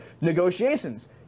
Negotiations